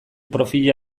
profila